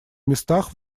местах